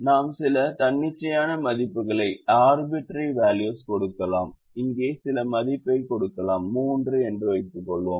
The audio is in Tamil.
நாம் சில தன்னிச்சையான மதிப்புகளைக் கொடுக்கலாம் இங்கே சில மதிப்பைக் கொடுக்கலாம் 3 என்று வைத்துக்கொள்வோம்